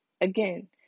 again